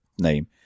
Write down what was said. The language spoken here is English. name